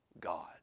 God